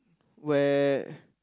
where